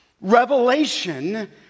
revelation